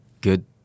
good